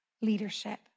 leadership